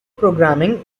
programming